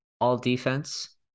all-defense